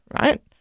right